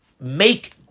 make